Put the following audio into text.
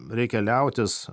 reikia liautis